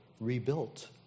rebuilt